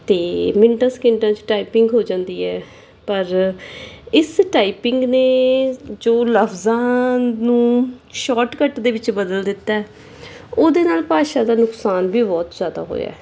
ਅਤੇ ਮਿੰਟਾਂ ਸਕਿੰਟਾਂ 'ਚ ਟਾਈਪਿੰਗ ਹੋ ਜਾਂਦੀ ਹੈ ਪਰ ਇਸ ਟਾਈਪਿੰਗ ਨੇ ਜੋ ਲਫਜ਼ਾਂ ਨੂੰ ਸ਼ੋਰਟਕੱਟ ਦੇ ਵਿੱਚ ਬਦਲ ਦਿੱਤਾ ਉਹਦੇ ਨਾਲ ਭਾਸ਼ਾ ਦਾ ਨੁਕਸਾਨ ਵੀ ਬਹੁਤ ਜ਼ਿਆਦਾ ਹੋਇਆ